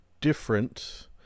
different